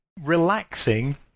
relaxing